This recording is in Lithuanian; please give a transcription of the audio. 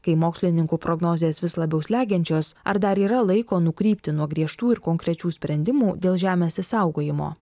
kai mokslininkų prognozės vis labiau slegiančios ar dar yra laiko nukrypti nuo griežtų ir konkrečių sprendimų dėl žemės išsaugojimo